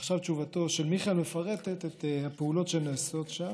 ועכשיו תשובתו של מיכאל מפרטת את הפעולות שנעשו עכשיו,